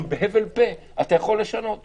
אם בהבל פה אתה יכול לשנות דברים?